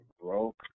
broke